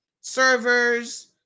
Servers